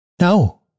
No